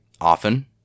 often